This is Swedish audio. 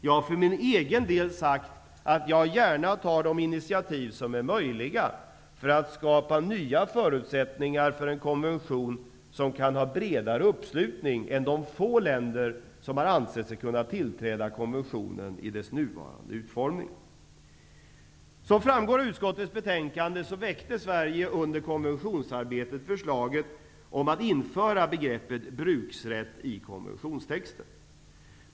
Jag har för egen del sagt att jag gärna tar de initiativ som är möjliga för att skapa nya förutsättningar för en konvention som kan få en bredare uppslutning än de få länder som ansett sig kunna tillträda konventionen i dess nuvarande utformning. Sverige under konventionsarbetet förslaget att införa begreppet ''bruksrätt'' i konventionstexten.